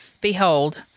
Behold